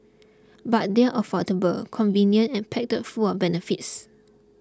but they are affordable convenient and packed full of benefits